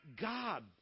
God